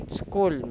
school